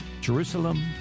Jerusalem